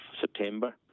September